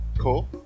Cool